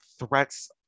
threats